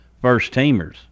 first-teamers